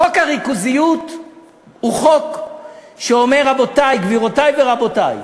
חוק הריכוזיות הוא חוק שאומר: גבירותי ורבותי,